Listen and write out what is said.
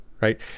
right